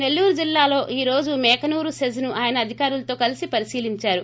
సెల్లూరు జిల్లాలో ఈ రోజు మేనకూరు సెజ్ ను ఆయన అధికారులతో కలిసి పరిశీలిందారు